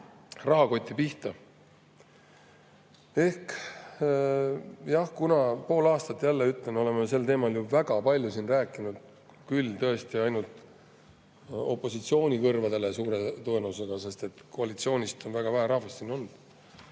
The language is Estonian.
rahakoti pihta. Jah, kuna pool aastat – jälle ütlen – oleme sel teemal väga palju rääkinud, küll tõesti ainult opositsiooni kõrvadele suure tõenäosusega, sest et koalitsioonist on väga vähe rahvast siin olnud,